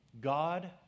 God